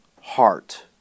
heart